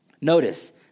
Notice